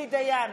עוזי דיין,